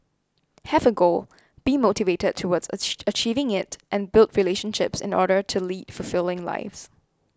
have a goal be motivated towards achieve achieving it and build relationships in order to lead fulfilling lives